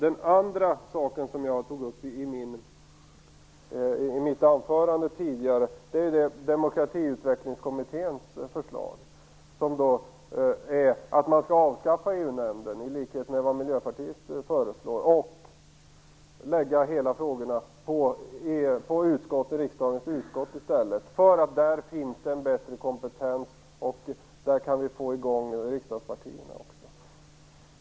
En annan sak som jag tog upp i mitt anförande tidigare var Demokratiutvecklingskommitténs förslag, nämligen att man skall avskaffa EU-nämnden, i likhet med vad Miljöpartiet föreslår, och lägga frågorna i riksdagens utskott i stället. Där finns det en bättre kompetens, och där kan vi också få i gång riksdagspartierna.